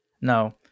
No